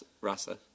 rasa